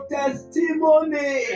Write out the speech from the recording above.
testimony